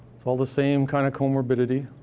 it's all the same kind of comorbidity.